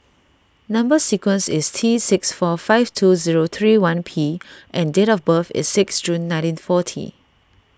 Number Sequence is T six four five two zero three one P and date of birth is six June nineteen forty